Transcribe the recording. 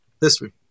history